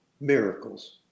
miracles